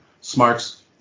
smart's